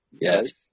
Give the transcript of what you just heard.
yes